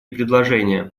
предложения